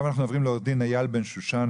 אנחנו עוברים לעוה"ד אייל בן שושן,